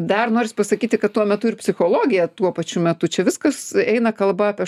dar noris pasakyti kad tuo metu ir psichologija tuo pačiu metu čia viskas eina kalba apie